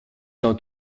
ont